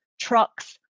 trucks